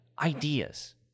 ideas